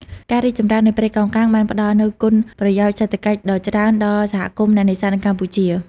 ការរីកចម្រើននៃព្រៃកោងកាងបានផ្តល់នូវគុណប្រយោជន៍សេដ្ឋកិច្ចដ៏ច្រើនដល់សហគមន៍អ្នកនេសាទនៅកម្ពុជា។